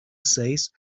says